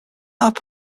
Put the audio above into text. that